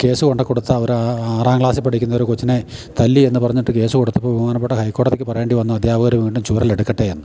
case കൊണ്ടു കൊടുത്ത ഒരു ആറാം ക്ലാസ്സിൽ പഠിക്കുന്നൊരു കൊച്ചിനെ തല്ലി എന്ന് പറഞ്ഞിട്ട് കേസ് കൊടുത്തപ്പം ബഹുമാനപ്പെട്ട ഹൈക്കോടതിയ്ക്ക് പറയേണ്ടി വന്നു അധ്യാപകർ വീണ്ടും ചൂരൽ എടുക്കട്ടെ എന്ന്